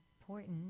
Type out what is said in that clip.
important